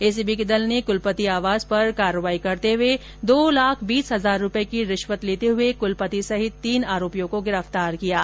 ACB के दल ने कुलपति आवास पर कार्रवाई करते हुए दो लाख बीस हजार रूपए की रिश्वत लेते हुए कुलपति सहित तीन आरोपियों को गिरफ्तार किया है